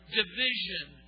division